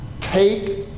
take